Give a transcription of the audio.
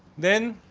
then